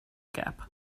gap